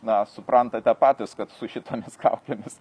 na suprantate patys kad su šitomis kaukėmis